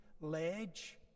Ledge